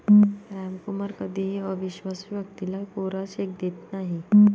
रामकुमार कधीही अविश्वासू व्यक्तीला कोरा चेक देत नाही